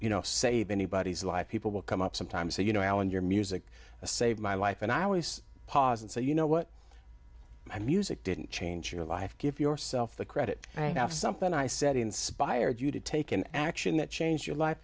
you know save anybody's life people will come up sometimes say you know alan your music saved my life and i always pause and say you know what i music didn't change your life give yourself the credit and now something i said inspired you to take an action that changed your life